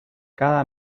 cada